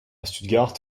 stuttgart